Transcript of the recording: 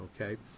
Okay